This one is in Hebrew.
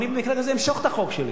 במקרה כזה אני אמשוך את החוק שלי